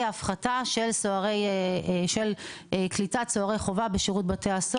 הפחתה של קליטת סוהרי חובה בשירות בתי הסוהר.